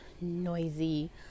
noisy